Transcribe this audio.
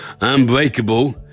Unbreakable